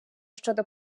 щодо